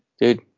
Dude